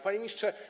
Panie Ministrze!